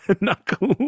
knuckle